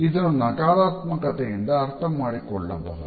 ಇದನ್ನು ನಕಾರಾತ್ಮಕತೆಯಿಂದ ಅರ್ಥ ಮಾಡಿಕೊಳ್ಳಬಹುದು